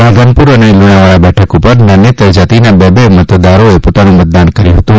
રાધનપુર અને લુણાવાડા બેઠક ઉપર નાન્યેતર જાતિના બે બે મતદારોએ પોતાનું મતદાન કર્યુ ફતું